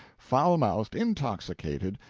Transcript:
foul-mouthed, intoxicated,